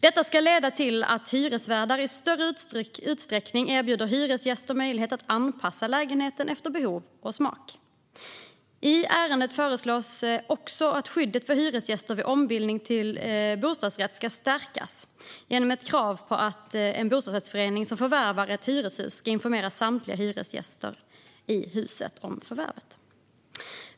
Detta ska leda till att hyresvärdar i större utsträckning erbjuder hyresgäster möjlighet att anpassa lägenheten efter behov och smak. I ärendet föreslås också att skyddet för hyresgäster vid ombildning till bostadsrätt ska stärkas genom ett krav på att en bostadsrättsförening som förvärvar ett hyreshus ska informera samtliga hyresgäster i huset om förvärvet.